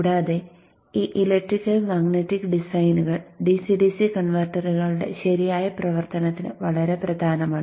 കൂടാതെ ഈ electrical magnetic ഡിസൈനുകൾ DC DC കൺവെർട്ടറുകളുടെ ശരിയായ പ്രവർത്തനത്തിന് വളരെ പ്രധാനമാണ്